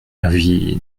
avis